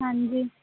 ਹਾਂਜੀ